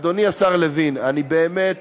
אדוני השר לוין, אני באמת